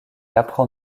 apprend